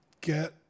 get